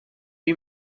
lui